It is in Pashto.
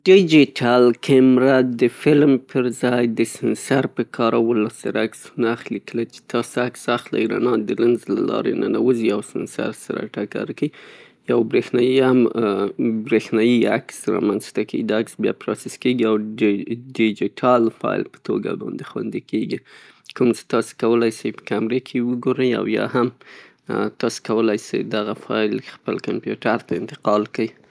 دیجیتل کمره د فلم پرځای د سنسر په وسیله عکسونه اخلي. کله چه تاسې عکس اخلئ، رڼا د لینز له لارې ننوځي او سنسر سره ټکر کیي، یو بریښنایي عکس رامنځته کیي ، دا عکس بیا پراسس کیږي او ډیجیتال فایل په توګه خوندي کيږي ، کوم څې تاسې کولای سئ په کمرې کې یې وګورئ او یا هم تاسې کولای سئ دغه فایل خپل کمپیوټر ته انتقال کئ.